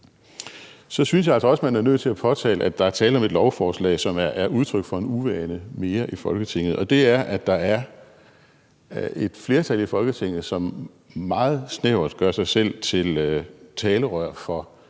Så synes jeg altså også, at man er nødt til at påtale, at der er tale om et lovforslag, som er udtryk for en uvane mere i Folketinget, nemlig at et flertal i Folketinget meget snævert gør sig til talerør for